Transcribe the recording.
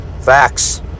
Facts